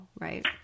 right